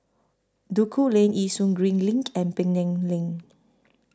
Duku Lane Yishun Green LINK and Penang Lane